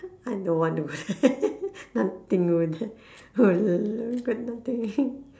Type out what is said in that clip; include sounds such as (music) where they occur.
I don't want to go there (laughs) nothing over there go there already got nothing